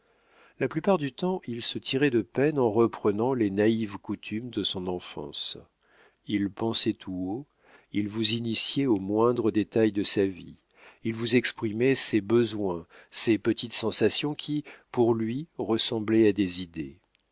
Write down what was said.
la plupart du temps il se tirait de peine en reprenant les naïves coutumes de son enfance il pensait tout haut il vous initiait aux moindres détails de sa vie il vous exprimait ses besoins ses petites sensations qui pour lui ressemblaient à des idées